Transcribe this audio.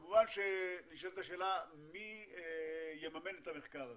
כמובן, נשאלת השאלה, מי יממן את המחקר הזה.